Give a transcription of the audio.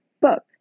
book